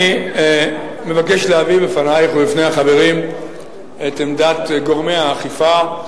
אני מבקש להביא בפנייך ובפני החברים את עמדת גורמי האכיפה,